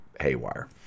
haywire